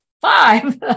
five